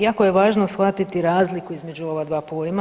Jako je važno shvatiti razliku između ova dva pojma.